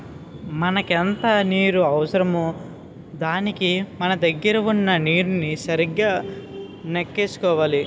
మనకెంత నీరు అవసరమో దానికి మన దగ్గర వున్న నీరుని సరిగా నెక్కేసుకోవాలి